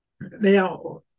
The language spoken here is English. Now